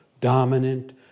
dominant